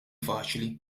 faċli